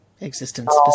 existence